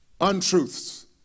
untruths